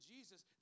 Jesus